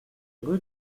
rue